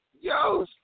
yo